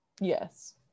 Yes